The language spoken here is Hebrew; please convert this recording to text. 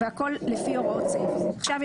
אני חוזר לתיקון, והצעת התיקון אומרת